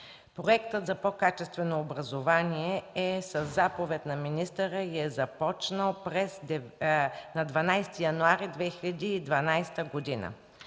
Проектът за по-качествено образование е със заповед на министъра и е започнал на 12 януари 2012 г.